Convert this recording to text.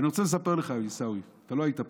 ואני רוצה לספר לך, עיסאווי, אתה לא היית פה: